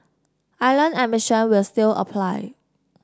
island admission will still apply